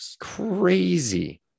Crazy